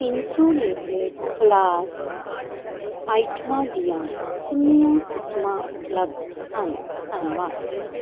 insulated flask ਆਈਟਮਾਂ ਦੀਆਂ ਕਿੰਨੀਆਂ ਕਿਸਮਾਂ ਉਪਲੱਬਧ ਹਨ ਧੰਨਵਾਦ